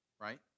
right